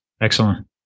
Excellent